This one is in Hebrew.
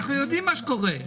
אנחנו יודעים מה שקורה.